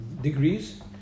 Degrees